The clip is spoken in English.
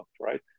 right